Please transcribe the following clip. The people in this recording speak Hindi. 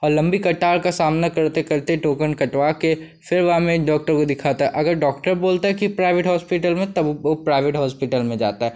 और लम्बी कतार का सामना करते करते टोकन कटवाकर फिर वहाँ में डॉक्टर को दिखता अगर डॉक्टर बोलता है कि प्राइवेट होस्पिटल में तब वे वे प्राइवेट होस्पिटल में जाता है